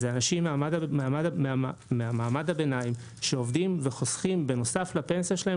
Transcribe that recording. אלה אנשים ממעמד הביניים שעובדים וחוסכים ובנוסף לפנסיה שלהם